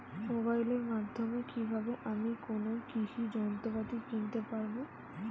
মোবাইলের মাধ্যমে কীভাবে আমি কোনো কৃষি যন্ত্রপাতি কিনতে পারবো?